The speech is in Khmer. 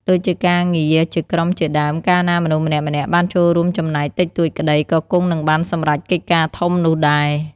ដូចជាការងារជាក្រុមជាដើម កាលណាមនុស្សម្នាក់ៗបានចូលរួមចំណែកតិចតួចក្តី ក៏គង់នឹងបានសម្រេចកិច្ចការធំនោះដែរ។